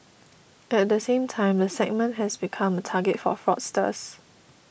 at the same time the segment has become a target for fraudsters